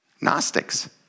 Gnostics